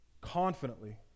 confidently